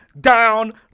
down